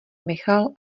michal